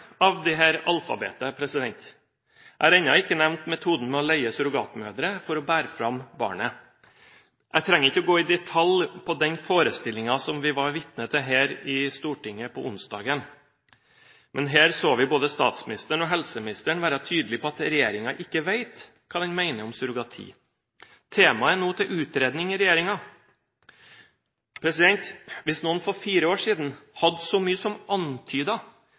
av dette alfabetet. Jeg har ennå ikke nevnt metoden med å leie surrogatmødre for å bære fram barnet. Jeg trenger ikke å gå i detalj på den forestillingen som vi var vitne til her i Stortinget på onsdag. Men her så vi både statsministeren og helseministeren være tydelige på at regjeringen ikke vet hva den mener om surrogati. Temaet er nå til utredning i regjeringen. Hvis noen for fire år siden hadde så mye som